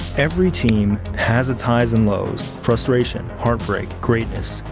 every team has its highs and lows, frustration, heartbreak, greatness,